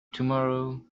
tomorrow